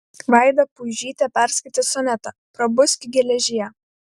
vaida puižytė perskaitė sonetą prabuski geležie